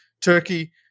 Turkey